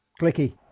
clicky